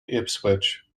ipswich